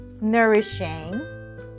nourishing